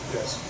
Yes